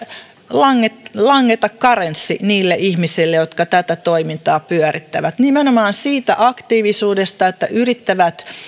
langeta langeta karenssi niille ihmisille jotka tätä toimintaa pyörittävät nimenomaan siitä aktiivisuudesta että he yrittävät